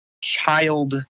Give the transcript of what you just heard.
child